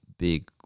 big